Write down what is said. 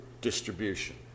distribution